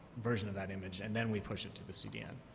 version of that image, and then we push it to the cdn.